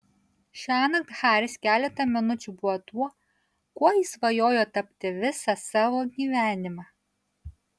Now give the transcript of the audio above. šiąnakt haris keletą minučių buvo tuo kuo jis svajojo tapti visą savo gyvenimą